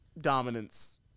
dominance